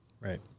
Right